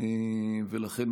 לכן,